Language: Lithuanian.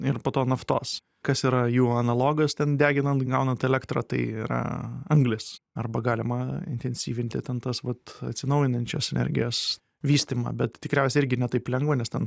ir po to naftos kas yra jų analogas ten deginant gaunant elektrą tai yra anglis arba galima intensyvinti ten tas vat atsinaujinančios energijos vystymą bet tikriausiai irgi ne taip lengva nes ten